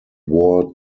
wore